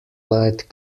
night